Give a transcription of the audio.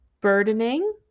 burdening